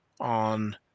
on